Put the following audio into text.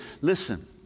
Listen